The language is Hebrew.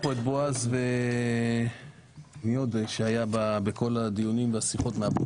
כאן את בועז שהיה בכל הדיונים והשיחות.